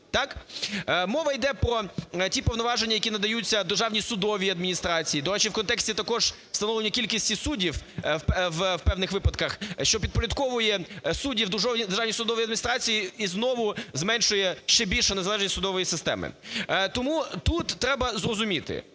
Мова йде про ті повноваження, які надаються Державній судовій адміністрації. До речі, в контексті також встановлено кількість і суддів в певних випадках, що підпорядковує суддів Державній судовій адміністрації і знову зменшує ще більше незалежність судової системи. Тому тут треба зрозуміти,